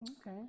okay